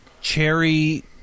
cherry